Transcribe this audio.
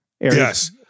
Yes